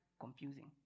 Confusing